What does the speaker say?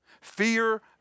Fear